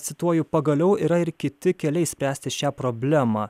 cituoju pagaliau yra ir kiti keliai spręsti šią problemą